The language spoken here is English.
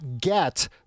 get